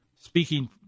speaking